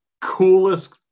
coolest